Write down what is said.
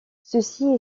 ceci